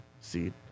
seed